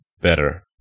better